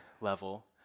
level